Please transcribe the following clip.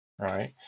Right